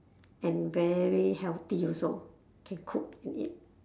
and very healthy also can cook and eat